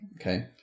Okay